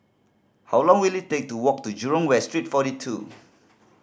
how long will it take to walk to Jurong West Street Forty Two